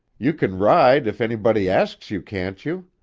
you kin ride if anybody asks you, can't you?